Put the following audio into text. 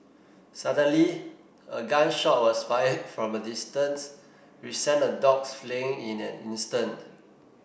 suddenly a gun shot was fired from a distance which sent the dogs fleeing in an instant